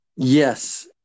Yes